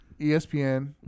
ESPN